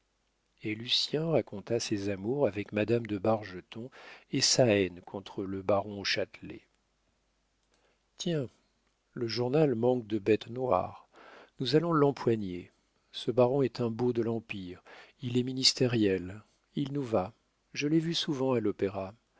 et lucien raconta ses amours avec madame de bargeton et sa haine contre le baron châtelet tiens le journal manque de bête noire nous allons l'empoigner ce baron est un beau de l'empire il est ministériel il nous va je l'ai vu souvent à l'opéra